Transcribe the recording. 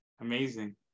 Amazing